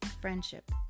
friendship